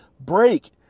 break